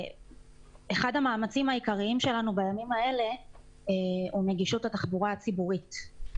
אחד המאמצים העיקריים שלנו בימים האלה הוא נגישות התחבורה הציבורית.